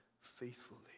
faithfully